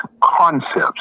concepts